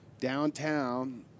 downtown